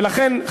ולכן,